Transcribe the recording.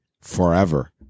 forever